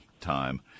time